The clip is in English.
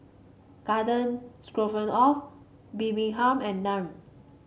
Garden Stroganoff Bibimbap and Naan